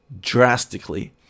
drastically